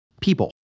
people